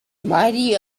mighty